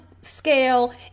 scale